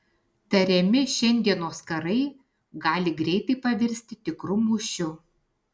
tariami šiandienos karai gali greitai pavirsti tikru mūšiu